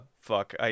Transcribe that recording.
fuck